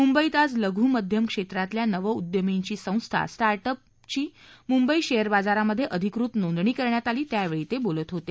मुंबईत आज लघू मध्यम क्षेत्रातल्या नवउद्यमींची संस्था स्टार्ट अपची मुंबई शेअर बाजारामध्ये अधिकृत नोंदणी करण्यात आली त्यावेळी ते बोलत होते